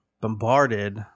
bombarded